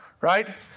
right